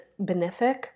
benefic